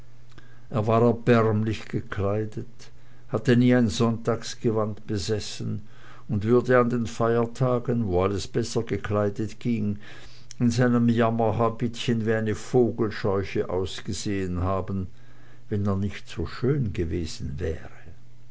er war erbärmlich gekleidet hatte nie ein sonntagsgewand besessen und würde an den feiertagen wo alles besser gekleidet ging in seinem jammerhabitchen wie eine vogelscheuche ausgesehen haben wenn er nicht so schön gewesen wäre